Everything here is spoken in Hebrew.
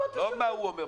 עזוב את שינוי הנוסח.